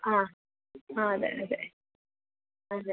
ആ ആ അതെ അതെ അതെ